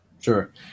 Sure